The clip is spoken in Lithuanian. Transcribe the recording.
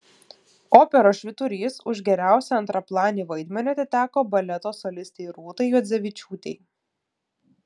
operos švyturys už geriausią antraplanį vaidmenį atiteko baleto solistei rūtai juodzevičiūtei